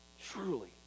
truly